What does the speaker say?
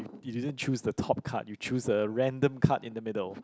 you didn't choose the top card you choose a random card in the middle